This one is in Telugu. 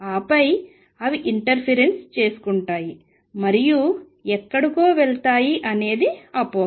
ఆపై అవి ఇంటర్ఫిరెన్స్ చేసుకుంటాయి మరియు ఎక్కడికో వెళ్తాయి అనేది అపోహ